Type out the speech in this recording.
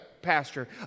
Pastor